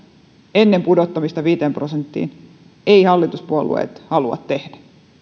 ennen pudottamista viiteen prosenttiin eivät hallituspuolueet halua tehdä